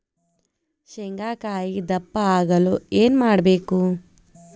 ಶೇಂಗಾಕಾಯಿ ದಪ್ಪ ಆಗಲು ಏನು ಮಾಡಬೇಕು?